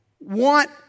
want